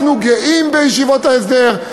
אנחנו גאים בישיבות ההסדר.